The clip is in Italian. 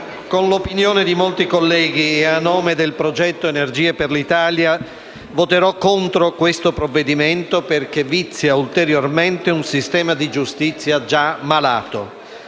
all'opinione di molti colleghi e, a nome del progetto «Energie per l'Italia», annuncio che voterò contro questo provvedimento perché vizia ulteriormente un sistema di giustizia già malato.